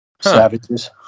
Savages